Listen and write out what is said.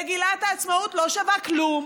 מגילת העצמאות לא שווה כלום.